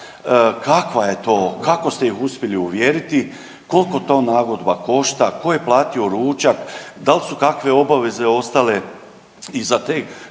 kako ste ih uspjeli uvjeriti, koliko to nagodba košta, ko je platio ručak, dal su kakve obveze ostale i za te,